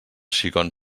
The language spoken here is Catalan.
xicon